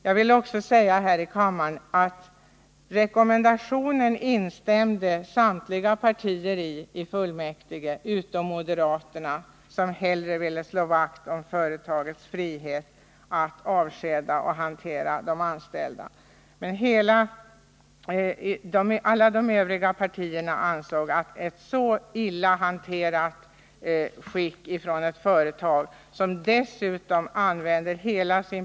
Jag vill också säga här i kammaren att i den rekommendationen instämde samtliga partier i kommunfullmäktige utom moderaterna, som hellre ville slå vakt om företagets rätt att avskeda och fritt hantera de anställda. Alla de övriga partierna ansåg att företagets sätt att hantera de anställda inte överensstämde med social hederlighet.